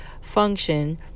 function